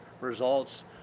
results